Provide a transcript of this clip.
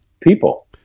people